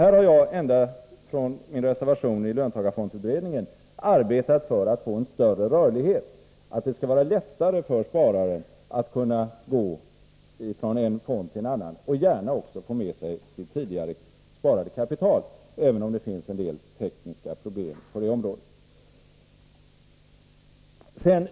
Här har jag ända från min reservation i löntagarfondsutredningen arbetat för att få större rörlighet, att det skall vara lättare för sparare att gå från en fond till en annan och gärna också få med sig sitt tidigare sparade kapital, även om det finns en del tekniska problem på det området.